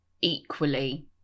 equally